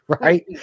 right